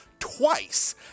twice